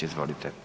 Izvolite.